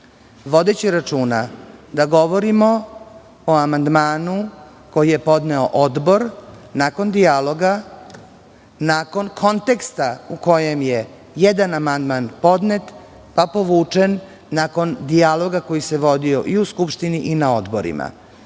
vodeći računa da govorimo o amandmanu koji je podneo Odbor nakon dijaloga, nakon konteksta u kojem je jedan amandman podnet pa povučen, nakon dijaloga koji se vodio i u Skupštini i na odborima.